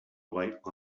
light